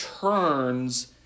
turns